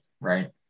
right